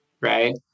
right